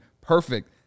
perfect